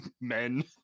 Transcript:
men